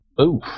Oof